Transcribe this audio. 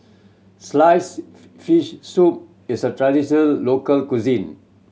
slice fish soup is a traditional local cuisine